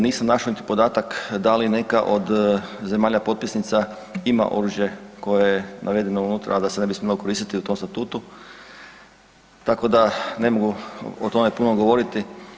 Nisam našao niti podatak da li neka od zemalja potpisnica ima oružje koje je navedeno unutra a da se ne bi smjelo koristiti, u tom Statutu tako da ne mogu o tome puno govoriti.